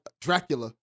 Dracula